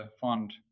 fund